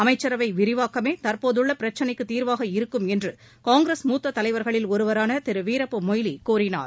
அமைச்சரவை விரிவாக்கமே தற்போதுள்ள பிரச்னைக்கு தீர்வாக இருக்குமென்று காங்கிரஸ் மூத்த தலைவர்களில் ஒருவரான திரு வீரப்ப மொய்லி கூறினார்